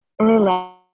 relax